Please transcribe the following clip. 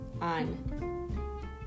on